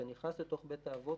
כשאתה נכנס לתוך בית האבות,